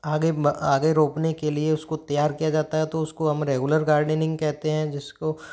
आगे आगे रोपने के लिए उसको तैयार किया जाता है तो उसको हम रेगुलर गार्डनिंग कहते हैं जिसको